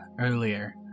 earlier